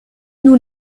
nous